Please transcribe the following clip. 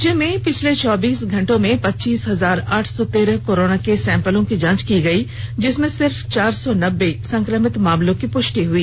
राज्य में पिछले चौबीस घंटों में पच्चीस हजार आठ सौ तेरह कोरोना के सेंपल की जांच की गयी जिसमें सिर्फ चार सौ नब्बे संक्रमित मामलों की पुष्टि हुई